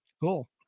Cool